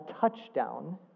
touchdown